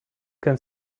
can